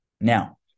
Now